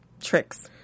tricks